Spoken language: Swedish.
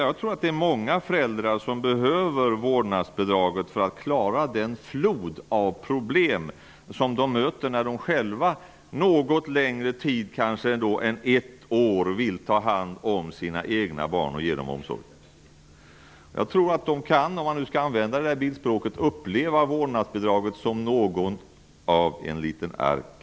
Jag tror att många föräldrar behöver vårdnadsbidraget för att klara den flod av problem som de möter när de själva vill ta hand om sina egna barn och ge dem omsorg i något längre tid än ett år. Jag tror att de kan, om man nu skall använda den bilden, uppleva vårdnadsbidraget som något av en ark.